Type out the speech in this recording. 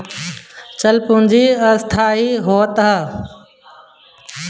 चल पूंजी अस्थाई होत हअ